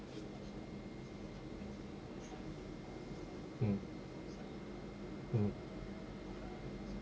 mm mm